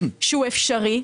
שהוא אפשרי,